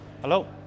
Hello